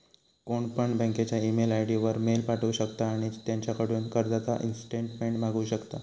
कोणपण बँकेच्या email ID वर मेल पाठवु शकता आणि त्यांच्याकडून कर्जाचा ईस्टेटमेंट मागवु शकता